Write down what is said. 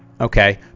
Okay